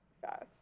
fast